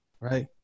right